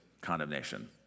condemnation